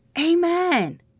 Amen